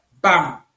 Bam